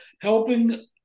helping